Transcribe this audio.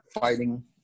fighting